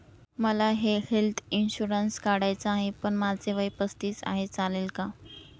मला health insurance काढायचा आहे पण माझे वय पस्तीस आहे, चालेल का?